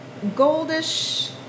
goldish